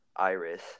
iris